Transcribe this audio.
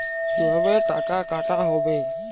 কিভাবে টাকা কাটা হবে?